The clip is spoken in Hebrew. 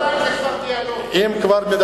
זה לא קריאת ביניים, זה כבר דיאלוג.